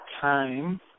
time